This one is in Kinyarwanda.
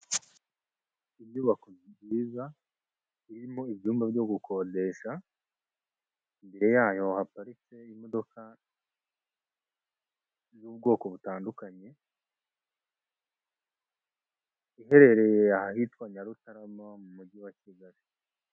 Inyubako nziza irimo ibyumba byo gukodesha, imbere yayo haparitse imodoka z'ubwoko butandukanye, iherereye ahitwa Nyarutarama, mu Mujyi wa Kigali.